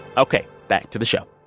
ok. back to the show